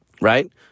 Right